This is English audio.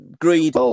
greed